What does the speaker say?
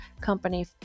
company